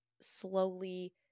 slowly